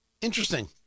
Interesting